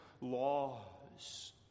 laws